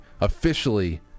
officially